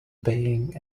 being